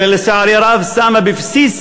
אלא, לצערי הרב, שמה בבסיס